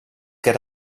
get